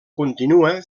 continua